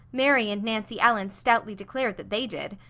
mary and nancy ellen stoutly declared that they did.